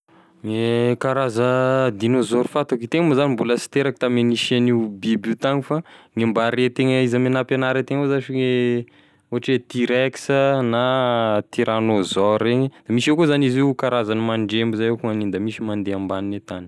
Gne karaza dinôzôro fantako, itegna moa zany mbola sy teraky tame nisian'io biby io tagny, fa gne mba ren-tegna izy ame nampianary ategna avao zashy gne ohatry hoe tyrex, na tyranosaur regny misy avao, koa zany izy io karazany mandremby zay avao koa gn'aniny da misy mande ambanine tany.